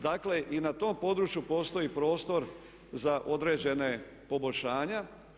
Dakle, i na tom području postoji prostor za određena poboljšanja.